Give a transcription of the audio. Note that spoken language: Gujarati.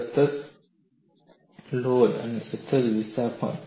સતત લોડ અને સતત વિસ્થાપન